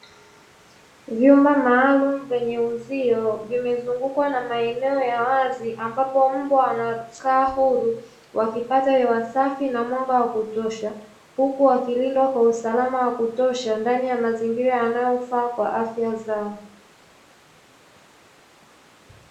Vyumba maalum vyenye uzio vimezungukwa na maeneo ya wazi ambapo mbwa wanakaa huru, wakipata hewa safi na mwanga wa kutosha, huku wakilindwa kwa usalama wa kutosha ndani ya mazingira yanayofaa kwa afya zao.